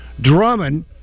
Drummond